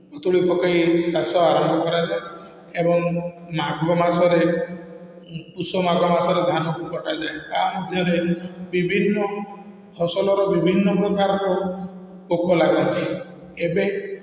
ପୁତୁଳି ପକାଇ ଚାଷ ଆରମ୍ଭ କରାଯାଏ ଏବଂ ମାଘ ମାସରେ ପୁଷ ମାଘ ମାସରେ ଧାନକୁ କଟାଯାଏ ତା ମଧ୍ୟରେ ବିଭିନ୍ନ ଫସଲର ବିଭିନ୍ନ ପ୍ରକାରର ପୋକ ଲାଗନ୍ତି ଏବେ